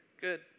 Good